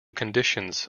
conditions